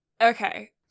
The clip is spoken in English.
Okay